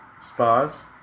spas